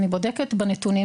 אני בודקת בנתונים.